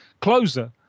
closer